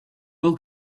will